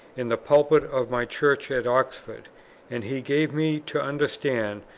in the pulpit of my church at oxford and he gave me to understand,